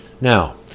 Now